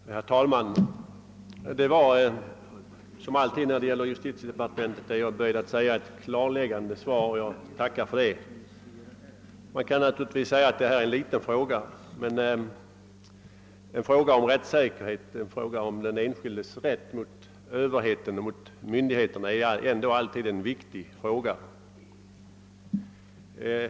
Herr talman! Det var — som alltid när det gäller justitiedepartementet, är jag böjd att säga — ett klarläggande svar, och jag tackar för det. Man kan naturligtvis säga att detta är en liten fråga, men en fråga om rättssäkerhet och om den enskildes rätt mot överhet och myndigheter är ändå alltid en viktig fråga.